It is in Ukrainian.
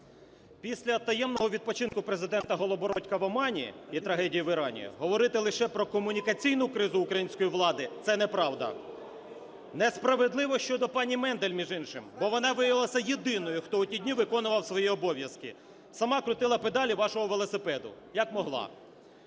Після таємного відпочинку "президента Голобородька" в Омані і трагедії в Ірані говорити лише про комунікаційну кризу української влади – це неправда. Несправедливо щодо пані Мендель, між іншим, бо вона виявилася єдиною, хто у ті дні виконував свої обов’язки – сама крутила педалі вашого велосипеда, як могла.